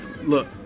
Look